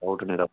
और